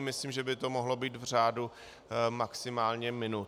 Myslím, že by to mohlo být v řádu maximálně minut.